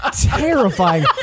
terrifying